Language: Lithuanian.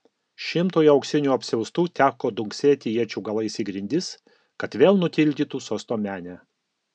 šimtui auksinių apsiaustų teko dunksėti iečių galais į grindis kad vėl nutildytų sosto menę